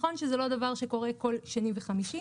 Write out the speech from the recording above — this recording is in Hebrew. נכון שזה לא דבר שקורה כל שני וחמישי,